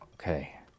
Okay